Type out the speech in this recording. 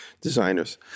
designers